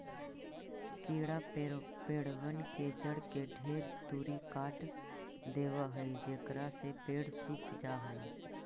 कीड़ा पेड़बन के जड़ के ढेर तुरी काट देबा हई जेकरा से पेड़ सूख जा हई